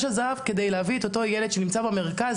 זהב כדי להביא את אותו ילד שנמצא במרכז.